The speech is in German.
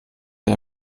der